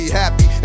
happy